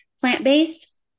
plant-based